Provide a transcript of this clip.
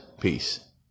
Peace